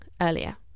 earlier